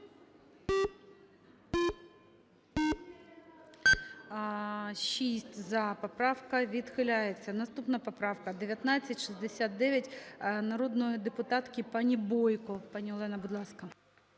За-6 Поправка відхиляється. Наступна поправка 1969 народної депутатки пані Бойко. Пані Олена, будь ласка.